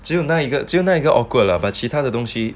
只有那一个只有那一个 awkward lah but 其他的东西